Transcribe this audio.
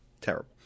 Terrible